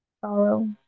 sorrow